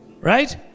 Right